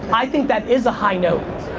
i think that is a high note.